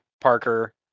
Parker